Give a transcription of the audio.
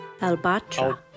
Albatra